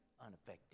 unaffected